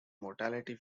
mortality